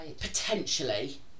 Potentially